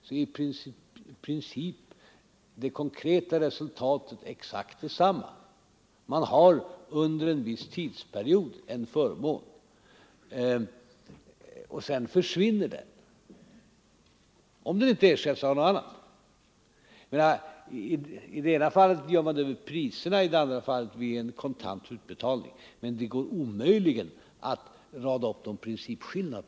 I princip blir det konkreta resultatet exakt detsamma. Barnfamiljerna får under en viss tidsperiod en förmån, som sedan försvinner, såvida den inte ersätts av någon annan. I det ena fallet ger man förmånerna via priserna, i det andra fallet via en kontant utbetalning. Det är omöjligt att påvisa någon principiell skillnad.